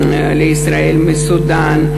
לישראל מסודאן,